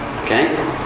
Okay